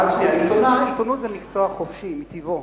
עיתונות היא מקצוע חופשי מטיבו,